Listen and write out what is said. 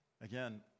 Again